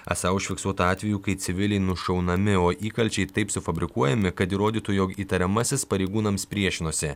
esą užfiksuota atvejų kai civiliai nušaunami o įkalčiai taip sufabrikuojami kad įrodytų jog įtariamasis pareigūnams priešinosi